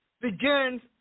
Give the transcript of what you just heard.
begins